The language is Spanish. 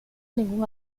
ningún